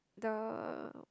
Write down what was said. the